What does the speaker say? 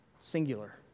singular